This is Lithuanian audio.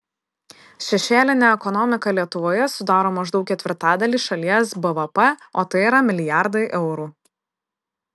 šešėlinė ekonomika lietuvoje sudaro maždaug ketvirtadalį šalies bvp o tai yra milijardai eurų